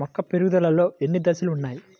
మొక్క పెరుగుదలలో ఎన్ని దశలు వున్నాయి?